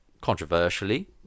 controversially